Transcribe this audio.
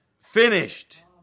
finished